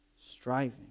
Striving